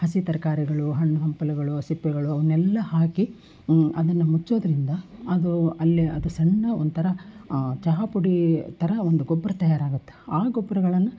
ಹಸಿ ತರಕಾರಿಗಳು ಹಣ್ಣು ಹಂಪಲುಗಳು ಸಿಪ್ಪೆಗಳು ಅವನ್ನೆಲ್ಲ ಹಾಕಿ ಅದನ್ನು ಮುಚ್ಚೋದರಿಂದ ಅದು ಅಲ್ಲೇ ಅದು ಸಣ್ಣ ಒಂಥರ ಚಹಾ ಪುಡಿ ಥರ ಒಂದು ಗೊಬ್ಬರ ತಯಾರಾಗುತ್ತೆ ಆ ಗೊಬ್ರಗಳನ್ನು